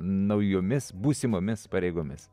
naujomis būsimomis pareigomis